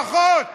ברכות.